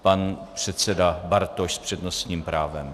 Pan předseda Bartoš s přednostním právem.